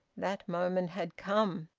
that moment had come,